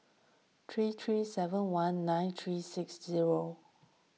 three three seven one nine three six zero